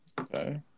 Okay